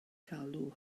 galw